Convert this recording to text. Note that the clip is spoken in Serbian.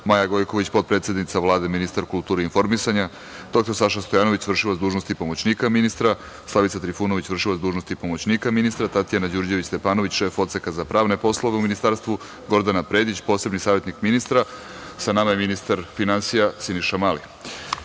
Maja Gojković, potpredsednica Vlade, ministar kulture i informisanja, doktor Saša Stojanović, vršilac dužnosti pomoćnika ministra, Slavica Trifunović, vršilac dužnosti pomoćnika ministra, Tatjana Đurđević Stepanović, šef odseka za pravni poslove u ministarstvu, Gordana Predić, posebni savetnik ministra. Sa nama je i ministar finansija Siniša